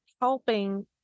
helping